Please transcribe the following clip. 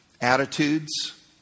Attitudes